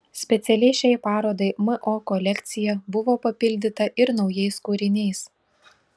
specialiai šiai parodai mo kolekcija buvo papildyta ir naujais kūriniais